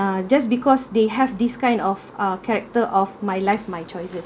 uh just because they have this kind of uh character of my life my choices